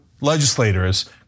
legislators